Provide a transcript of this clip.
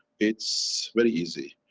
it's very easy.